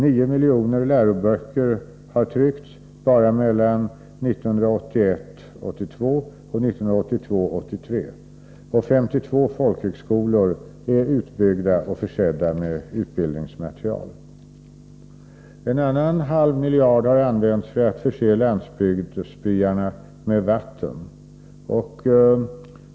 9 miljoner läroböcker har tryckts bara mellan 1981 83, och 52 folkhögskolor är utbyggda och försedda med utbildningsmateriel. En halv miljard har också använts för att förse landsbygdsbyarna med vatten.